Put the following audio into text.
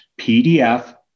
pdf